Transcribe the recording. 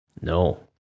no